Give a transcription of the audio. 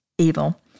evil